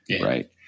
right